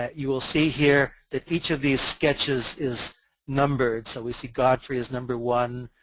ah you'll see here that each of these sketches is numbered so we see godfrey is number one,